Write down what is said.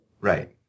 Right